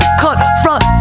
confront